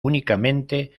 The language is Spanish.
únicamente